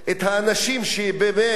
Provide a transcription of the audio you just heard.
את האנשים שבאמת